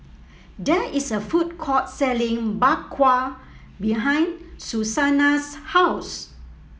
there is a food court selling Bak Kwa behind Susannah's house